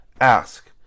ask